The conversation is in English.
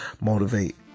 motivate